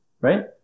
right